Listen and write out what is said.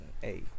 Hey